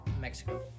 Mexico